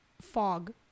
fog